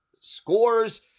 scores